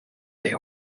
they